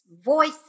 voice